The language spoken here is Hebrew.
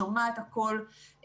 שומעת הכול,